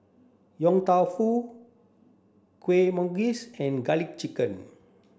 Yong Tau Foo Kuih Manggis and garlic chicken